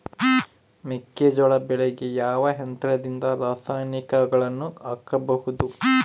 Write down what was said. ಮೆಕ್ಕೆಜೋಳ ಬೆಳೆಗೆ ಯಾವ ಯಂತ್ರದಿಂದ ರಾಸಾಯನಿಕಗಳನ್ನು ಹಾಕಬಹುದು?